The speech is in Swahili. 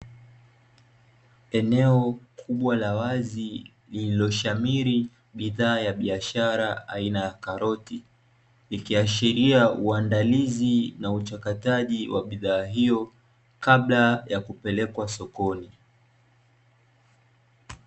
Eneo kubwa la wazi lililoshamiri bidhaa ya biashara aina ya karoti, likiashiria uandalizi na uchakataji wa bidhaa hiyo, kabla ya kupelekwa sokoni.